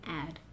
add